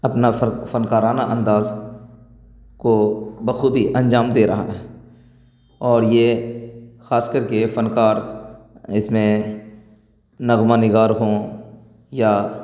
اپنا فنکارانہ انداز کو بخوبی انجام دے رہا ہے اور یہ خاص کر کے فنکار اس میں نغمہ نگار ہوں یا